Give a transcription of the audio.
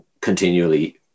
continually